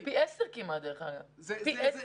זה כמעט פי 10. זה דרמטי.